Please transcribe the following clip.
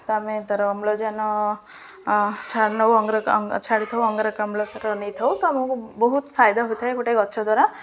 ତ ଆମେ ତା'ର ଅମ୍ଳଜାନ ଛାଡ଼ ନଉ ଅ ଛାଡ଼ିଥାଉ ଅଙ୍ଗରକାମ୍ଳ ନେଇଥାଉ ତ ଆମକୁ ବହୁତ ଫାଇଦା ହୋଇଥାଏ ଗୋଟେ ଗଛ ଦ୍ୱାରା